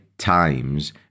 times